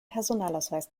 personalausweis